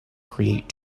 create